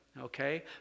Okay